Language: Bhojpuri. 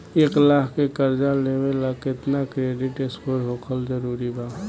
एक लाख के कर्जा लेवेला केतना क्रेडिट स्कोर होखल् जरूरी बा?